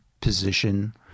position